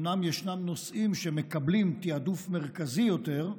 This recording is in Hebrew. אומנם יש נושאים שמקבלים תיעדוף מרכזי יותר,